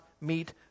meet